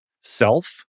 self